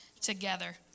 together